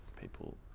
People